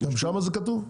גם שם זה כתוב?